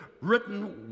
Written